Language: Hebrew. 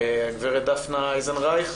גברת דפנה אייזנרייך